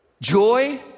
joy